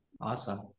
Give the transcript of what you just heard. awesome